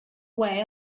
way